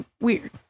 weird